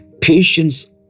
Patience